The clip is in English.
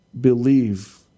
believe